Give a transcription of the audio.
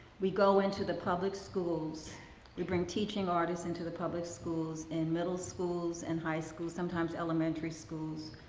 we go into the public schools we bring teaching artists into the public schools, in middle schools and high schools, sometimes elementary schools.